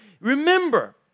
remember